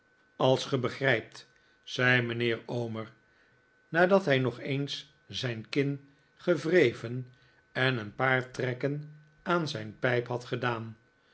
als ge begrijpt zei mijnheer omer nadat hij nog eens zijn kin gewreven en een paar trekken aan zijn pijp had gedaan